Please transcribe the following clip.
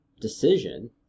decision